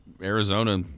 Arizona